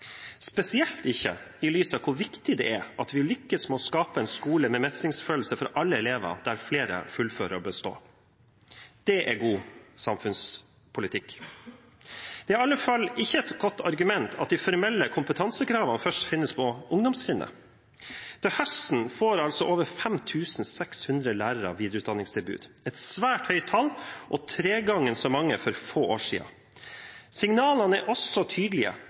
spesielt ikke i lys av hvor viktig det er at vi lykkes med å skape en skole med mestringsfølelse for alle elever, der flere fullfører og består. Det er god samfunnspolitikk. I alle fall er det ikke et godt argument at de formelle kompetansekravene først finnes på ungdomstrinnet. Til høsten får altså over 5 600 lærere videreutdanningstilbud – et svært høyt tall og tre ganger så mange som for få år siden. Signalene er også tydelige: